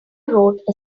wrote